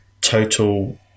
total